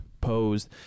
Posed